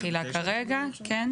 לא,